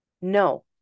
No